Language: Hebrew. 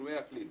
בשינויי האקלים.